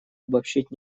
обобщить